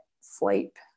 sleep